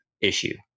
issue